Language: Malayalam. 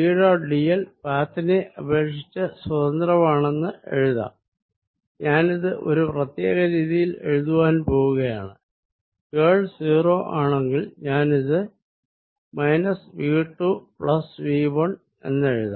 E ഡോട്ട് dl പാത്തിനെ അപേക്ഷിച്ച് സ്വതന്ത്രമാണെന്ന് എഴുതാം ഞാനിത് ഒരു പ്രത്യേക രീതിയിൽ എഴുതുവാൻ പോകുകയാണ് കേൾ 0 ആണെങ്കിൽ ഞാനിത് മൈനസ് V 2 പ്ലസ് V 1 എന്നെഴുതാം